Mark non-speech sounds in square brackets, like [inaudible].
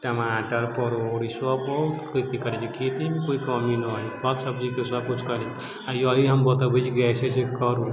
टमाटर परोर सब बहुत खेती करैत छियै खेतीमे कोइ कमी नहि हइ फल सब्जीके सब किछु करू [unintelligible]